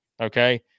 okay